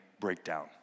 breakdown